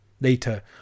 Later